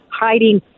hiding